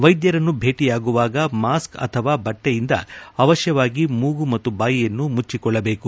ವೈದ್ಯರನ್ನು ಭೇಟಿಯಾಗುವಾಗ ಮಾಸ್ಕ್ ಅಥವಾ ಬಟ್ಟೆಯಿಂದ ಅವಶ್ಯವಾಗಿ ಮೂಗು ಮತ್ತು ಬಾಯಿಯನ್ನು ಮುಚ್ಚಿಕೊಳ್ಳಬೇಕು